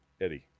eddie